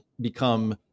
become